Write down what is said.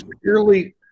purely